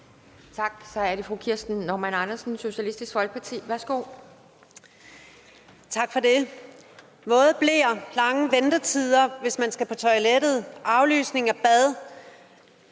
Tak. Så er det fru Kirsten Normann Andersen, Socialistisk Folkeparti. Værsgo. Kl. 15:10 Kirsten Normann Andersen (SF): Tak for det. Våde bleer, lange ventetider, hvis man skal på toilettet, aflysning af bad,